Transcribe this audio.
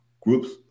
groups